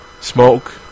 Smoke